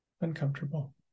uncomfortable